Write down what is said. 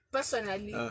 Personally